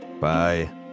bye